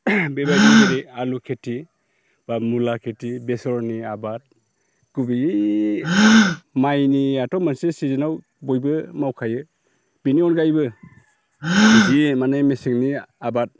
बेबायदि जेरै आलु खेथि बा मुला खेथि बेसरनि आबाद गुबैयै माइनियाथ' मोनसे सिजेनाव बयबो मावखायो बिनि अनगायैबो जि माने मेसेंनि आबाद